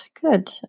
Good